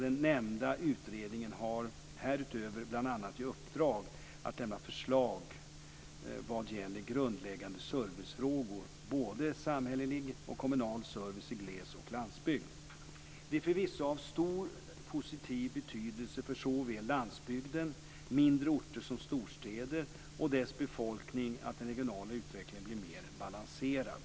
Den nämnda utredningen har härutöver bl.a. i uppdrag att lämna förslag vad gäller grundläggande servicefrågor, både samhällelig och kommunal service i gles och landsbygd. Det är förvisso av stor positiv betydelse för såväl landsbygden, mindre orter som storstäder och dess befolkning att den regionala utvecklingen blir mer balanserad.